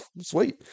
sweet